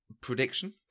prediction